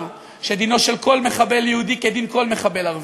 שדינו של כל מחבל יהודי כדין כל מחבל ערבי.